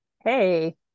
hey